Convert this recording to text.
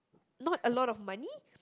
not a lot of money